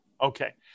Okay